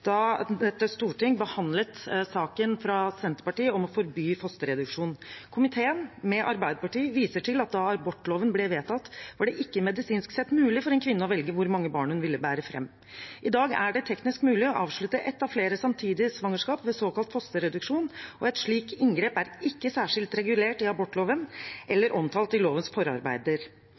da Stortinget behandlet representantforslaget fra Senterpartiet om å forby fosterreduksjon: «Komiteen» – med Arbeiderpartiet – «viser til at da abortloven ble vedtatt, var det ikke medisinsk sett mulig for en kvinne å velge hvor mange barn hun ville bære frem. I dag er det teknisk mulig å avslutte ett av flere samtidige svangerskap ved såkalt fosterreduksjon, og et slikt inngrep er ikke særskilt regulert i abortloven eller omtalt i lovens forarbeider.